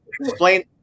explain